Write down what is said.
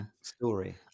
story